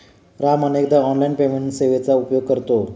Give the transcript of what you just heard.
राम अनेकदा online payment सेवेचा उपयोग करतो